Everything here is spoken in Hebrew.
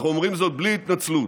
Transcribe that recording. אנחנו אומרים זאת בלי התנצלות,